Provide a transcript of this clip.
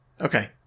Okay